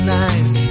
nice